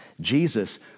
Jesus